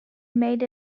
made